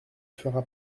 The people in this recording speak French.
fera